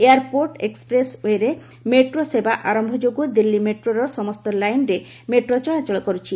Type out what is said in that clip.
airport express ୱେରେ metro ସେବା ଆରୟ ଯୋଗୁଁ ଦିଲ୍ଲୀ ମେଟ୍ରୋର ସମସ୍ତ ଲାଇନ୍ରେ ମେଟ୍ରୋ ଚଳାଚଳ କରୁଛି